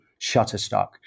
Shutterstock